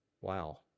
Wow